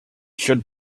should